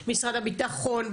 משרד הביטחון,